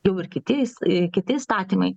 jau ir kiti įs kiti įstatymai